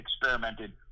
experimented